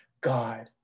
God